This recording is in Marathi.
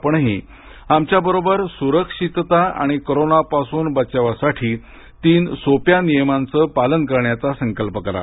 आपणही आमच्या बरोबर सुरक्षितता आणि कोरोनापासून बचावासाठी तीन सोप्या नियमांचं पालन करण्याचा संकल्प करा